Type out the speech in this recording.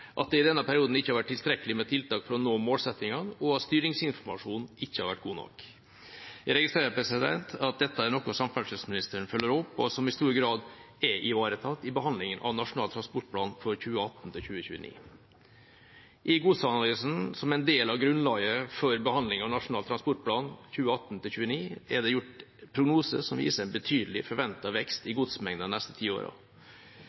at det i denne perioden ikke har vært tilstrekkelig med tiltak for å nå målsettingene, og at styringsinformasjonen ikke har vært god nok. Jeg registrerer at dette er noe samferdselsministeren følger opp, og som i stor grad er ivaretatt i behandlingen av Nasjonal transportplan for 2018–2029. I godsanalysen, som er en del av grunnlaget for behandlingen av Nasjonal transportplan 2018–2029, er det gjort prognoser som viser en betydelig forventet vekst i godsmengden de neste ti årene. Den samme godsanalysen viser også at de forskjellige transportformene i